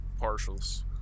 partials